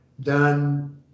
done